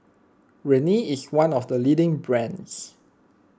Rene is one of the leading brands